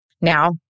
Now